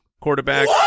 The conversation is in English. quarterback